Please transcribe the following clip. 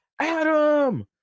Adam